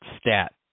stat